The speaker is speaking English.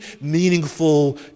meaningful